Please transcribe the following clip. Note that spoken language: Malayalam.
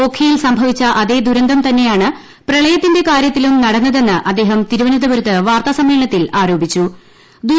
ഓഖിയിൽ സംഭവിച്ച അതേ ദുരന്തം തന്നെയാണ് പ്രളയത്തിന്റെ കാര്യത്തിലും നടന്നതെന്ന് അദ്ദേഹം തിരുവനന്തപുരത്ത് വാർത്താസമ്മേളനത്തിൽ ആരോപിച്ചു